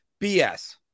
BS